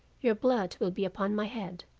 your blood will be upon my head